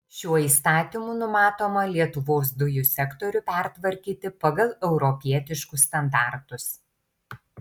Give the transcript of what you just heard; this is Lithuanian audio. šiuo įstatymu numatoma lietuvos dujų sektorių pertvarkyti pagal europietiškus standartus